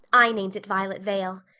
i named it violet vale.